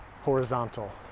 horizontal